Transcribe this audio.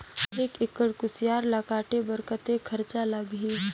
एक एकड़ कुसियार ल काटे बर कतेक खरचा लगही?